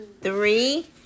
Three